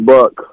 Buck